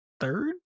third